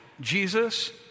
Jesus